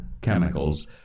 chemicals